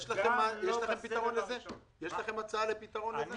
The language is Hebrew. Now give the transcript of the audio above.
יש לכם הצעה לפתרון לזה?